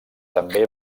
també